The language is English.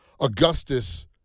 Augustus